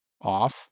off